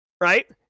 right